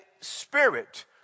Spirit